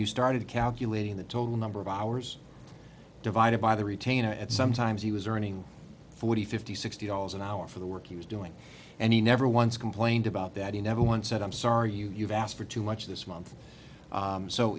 you started calculating the total number of hours divided by the retainer at some times he was earning forty fifty sixty dollars an hour for the work he was doing and he never once complained about that he never once said i'm sorry you've asked for too much this month